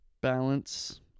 balance